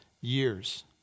years